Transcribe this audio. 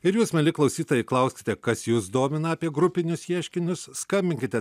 ir jūs mieli klausytojai klauskite kas jus domina apie grupinius ieškinius skambinkite